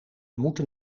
moeten